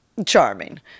Charming